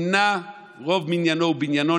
רוב בניינו ומניינו,